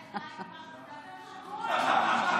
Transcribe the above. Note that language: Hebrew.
תלך להייד פארק ושם תדבר.